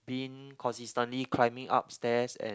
being consistently climbing up stairs and